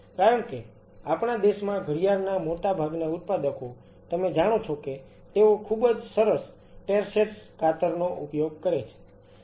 કારણ કે આપણા દેશમાં ઘડિયાળના મોટા ભાગના ઉત્પાદકો તમે જાણો છો કે તેઓ ખૂબ જ સરસ ટેરસેટ્સ કાતરનો ઉપયોગ કરે છે